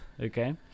okay